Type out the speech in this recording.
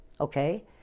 Okay